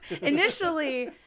initially